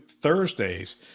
Thursdays